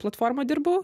platforma dirbau